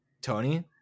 Tony